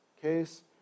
case